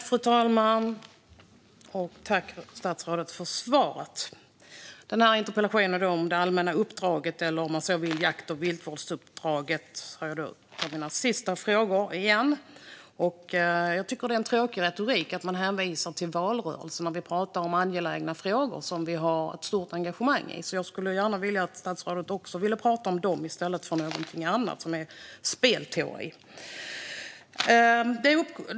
Fru talman! Tack, statsrådet, för svaret! Interpellationen handlar alltså om det allmänna uppdraget eller, om man så vill, jakt och viltvårdsuppdraget. Jag tar mina sista frågor igen. Jag tycker att det är en tråkig retorik när man hänvisar till valrörelsen när vi pratar om angelägna frågor som vi har ett stort engagemang i. Jag skulle gärna vilja att också statsrådet ville prata om dem i stället för om någonting annat, som är något av spelteorier.